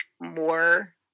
more